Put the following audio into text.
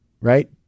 right